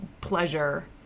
pleasure